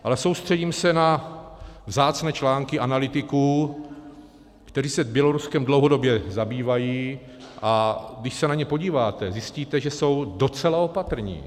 Ale soustředím se na vzácné články analytiků, kteří se Běloruskem dlouhodobě zabývají, a když se na ně podíváte, zjistíte, že jsou docela opatrní.